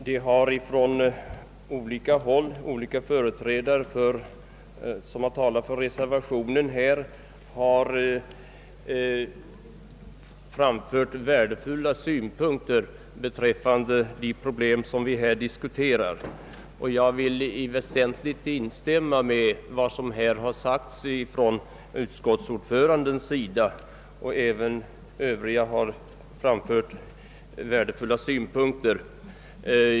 Jag kan i stora stycken instämma i vad utskottets ordförande anfört, men även olika företrädare för reservationerna har anfört mycket värdefulla synpunkter på de problem vi nu diskuterar liksom också flera andra talare gjort.